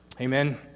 Amen